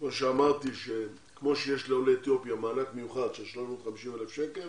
כפי שאמרתי כמו שיש לעולי אתיופיה מענק מיוחד של 350,000 שקל